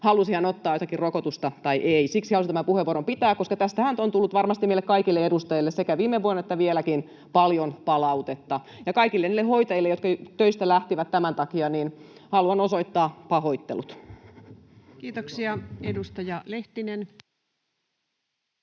halusi hän ottaa jotakin rokotusta tai ei. Siksi halusin tämän puheenvuoron pitää, koska tästähän on tullut varmasti meille kaikille edustajille paljon palautetta sekä viime vuonna että vieläkin. Ja kaikille niille hoitajille, jotka lähtivät töistä tämän takia, haluan osoittaa pahoittelut. [Speech 15] Speaker: